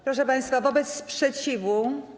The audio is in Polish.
Proszę państwa, wobec sprzeciwu.